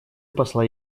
посла